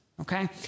Okay